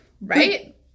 Right